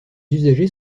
usagers